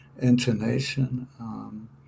intonation